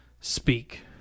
speak